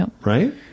right